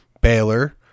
Baylor